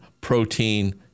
protein